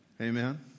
Amen